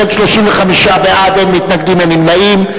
לכן, 35 בעד, אין מתנגדים, אין נמנעים.